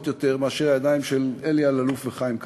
יותר מאשר הידיים של אלי אלאלוף וחיים כץ,